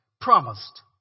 promised